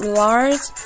large